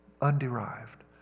underived